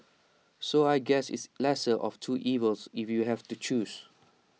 so I guess it's lesser of two evils if you have to choose